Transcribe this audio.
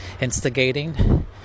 instigating